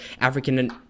African